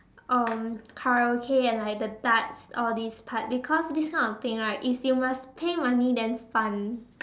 um Karaoke and like the darts all this part because this kind of thing right is you must pay money then fun